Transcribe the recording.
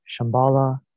Shambhala